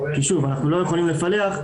כי אנחנו לא יכולים לפלח,